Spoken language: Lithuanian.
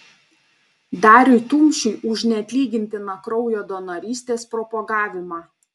dariui tumšiui už neatlygintiną kraujo donorystės propagavimą